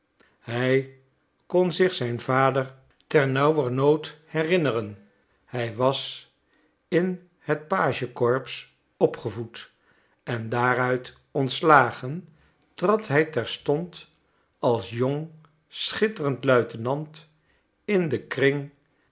hij kon zich zijn vader ternauwernood herinneren hij was in het pagecorps opgevoed en daaruit ontslagen trad hij terstond als jong schitterend luitenant in den kring